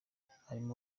harimo